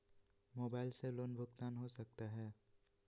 Mobile से loan भुगतान हो सकता है?